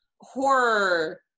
horror